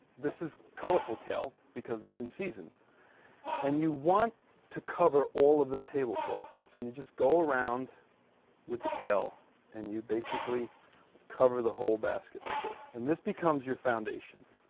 this is colorful kale because it's in season and you want to cover all of the tablecloth. so you just go around with the kale and you basically cover the whole basket like this and this becomes your foundation.